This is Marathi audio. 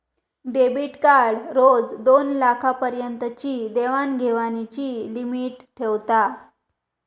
डेबीट कार्ड रोज दोनलाखा पर्यंतची देवाण घेवाणीची लिमिट ठेवता